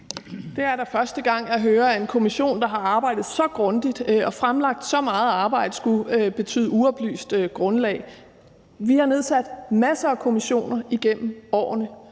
Det er da første gang, jeg hører, at en kommission, der har arbejdet så grundigt og fremlagt så meget arbejde, skulle betyde, at der er et uoplyst grundlag. Vi har nedsat masser af kommissioner igennem årene